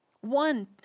One